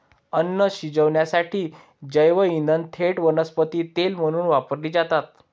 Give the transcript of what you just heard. अन्न शिजवण्यासाठी जैवइंधने थेट वनस्पती तेल म्हणून वापरली जातात